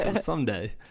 Someday